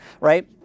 right